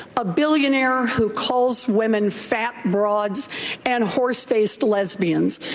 a billionaire who calls women fat broads and horse-faced lesbians.